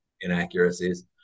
inaccuracies